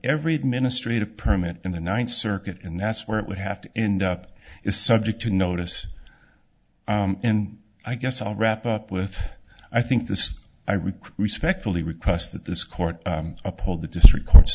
every ministry to permit in the ninth circuit and that's where it would have to end up is subject to notice and i guess i'll wrap up with i think this i recall respectfully request that this court uphold the district court's